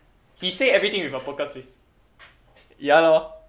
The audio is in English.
he say everything with a poker face ya lor